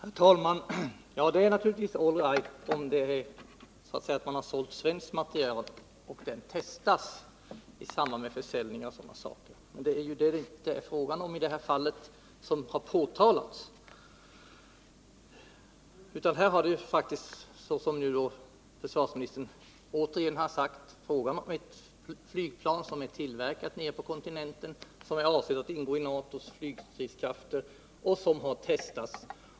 Herr talman! Det är naturligtvis all right om man har sålt svenskt materiel och denna materiel testas i samband med försäljningen. Men något sådant är det inte fråga om i det fall som påtalats. Här är det faktiskt som försvarsministern återigen har sagt fråga om ett flygplan som är tillverkat nere på kontinenten och som är avsett att ingå i NATO:s flygstridskrafter och som har testats.